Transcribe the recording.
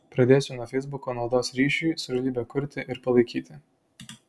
pradėsiu nuo feisbuko naudos ryšiui su realybe kurti ir palaikyti